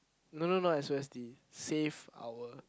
no no no S_O_S_D save our